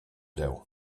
deu